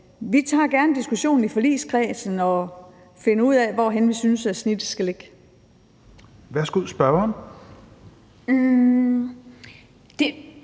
vi tager gerne diskussionen i forligskredsen og finder ud af, hvorhenne vi synes snittet skal ligge. Kl. 16:46 Fjerde